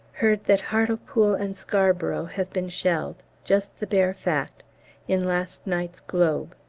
heard that hartlepool and scarboro' have been shelled just the bare fact in last night's globe.